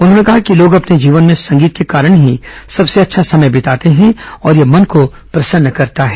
उन्होंने कहा कि लोग अपने जीवन में संगीत के कारण ही सबसे अच्छा समय बिताते हैं और यह मन को प्रसन्न करता है